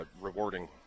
rewarding